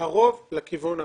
והרוב לכיוון הרכבתי.